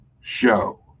show